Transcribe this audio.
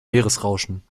meeresrauschen